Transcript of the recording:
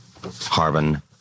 Harvin